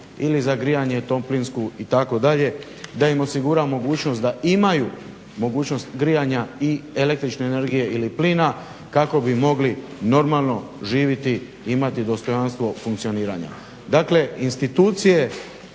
ili za grijanje toplinsku itd. da im osigura mogućnost da imaju mogućnost grijanja i električne energije ili plina kako bi mogli normalno živjeti, imati dostojanstvo funkcioniranja.